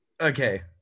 Okay